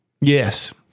Yes